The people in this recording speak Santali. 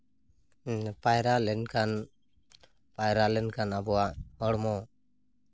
ᱯᱟᱭᱨᱟ ᱞᱮᱱᱠᱷᱟᱱ ᱯᱟᱭᱨᱟ ᱞᱮᱱᱠᱷᱟᱱ ᱟᱵᱚᱣᱟᱜ ᱦᱚᱲᱢᱚ